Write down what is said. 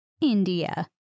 India